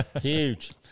huge